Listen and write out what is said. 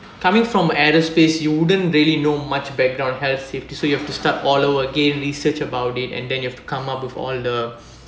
coming from aerospace you wouldn't really know much background health safety so you have to start all over again research about it and then you have to come up with all the